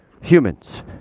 humans